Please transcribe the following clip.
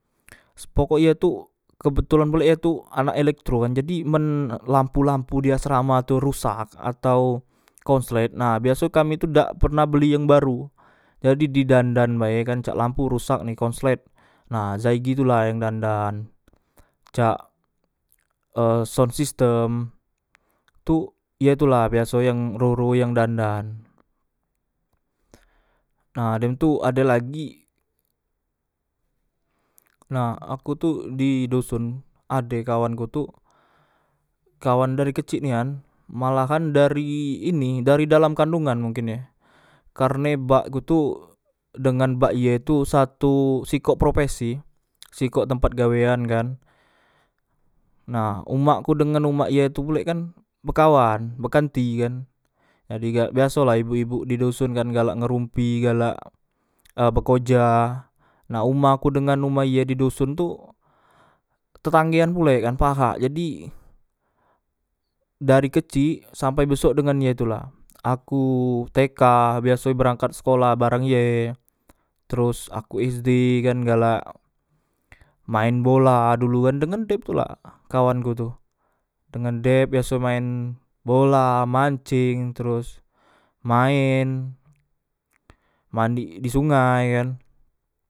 Sepokok ye tu kebetulan pulek ye tu anak elektro kan jadi men lampu lampu di asrama tu rusak atau konslet nah biaso kami tu dak pernah beli yang baru jadi didandan bae kan cak lampu rusak ni konslet nah zaigi tu la yang dandan cak e sonsistem tu ye tula biasoe yang ro ro yang dan dan nah dem tu ade lagi nah aku tu di doson ade kawanku tu kawan dari kecik nian malahan dari ini dari dalam kandongan mungkin e karne bakku tu dengan bak ye tu satu sikok propesi sikok tempat gawean kan nah umak ku dengan umak ye tu pulek kan bekawan bekantikan jadi galak biasola ibuk ibuk didoson kan galak ngerumpi galak e bekoja nah umaku dengan umaye didoson tu tetanggean pulek kan pahak jadi dari kecik sampai besok dengan ye tula aku tk biasoe berangkat sekolah bareng ye teros aku sd kan galak maen bola dulu kan dengan dep tula kawanku tu dengan dep biasoe maen bola manceng teros maen mandik di sungai kan